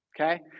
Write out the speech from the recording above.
Okay